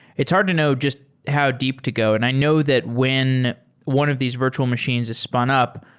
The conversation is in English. it's hard to know just how deep to go, and i know that when one of these virtual machines is spun up,